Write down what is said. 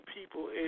people